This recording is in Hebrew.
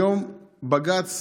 היום בג"ץ